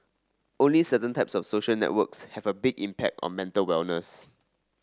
only certain types of social networks have a big impact on mental wellness